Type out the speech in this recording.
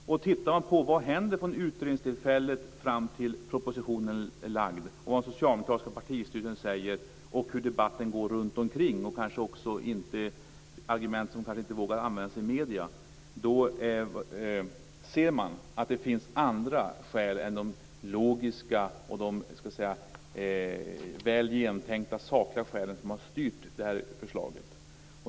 Tittar man närmare på vad som händer från utredningstillfället fram till dess propositionen är lagd, på vad socialdemokratiska partistyrelsen säger, på hur debatten förs omkring oss och även på argument som man kanske inte vågar använda i medierna ser man att andra skäl än de logiska och de väl genomtänkta sakliga har styrt det här förslaget.